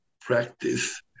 practice